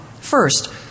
First